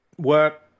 Work